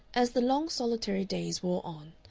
as the long, solitary days wore on,